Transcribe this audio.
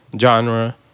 genre